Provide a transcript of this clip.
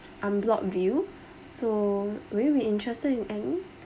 unblocked view so would you be interested in